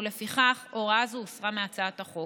ולפיכך הוראה זו הוסרה מהצעת החוק.